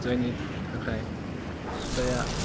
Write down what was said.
जायनि थाखाय फिसाया